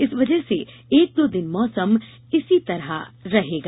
इस वजह से एक दो दिन मौसम इसी तरह रहेगा